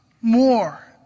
more